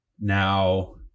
Now